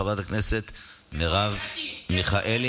חברת הכנסת מרב מיכאלי,